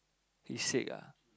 he sick ah